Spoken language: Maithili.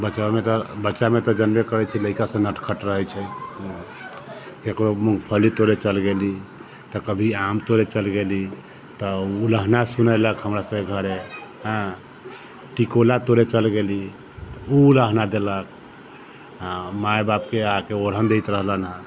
बचबामे तऽ बच्चामे तऽ जानबे करैत छियै लैकासभ नटखट रहैत छै ककरो मूँगफली तोड़य चलि गेली तऽ कभी आम तोड़य चलि गेली तऽ उलाहना सुनेलक हमरासभके घरे हँ टिकोला तोड़य चलि गेली ओ उलाहना देलक माय बापके आके ओलहन दैत रहलनि हँ